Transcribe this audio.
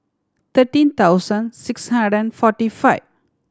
thirteen thousand six hundred and forty five